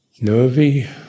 nervy